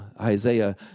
Isaiah